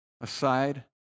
aside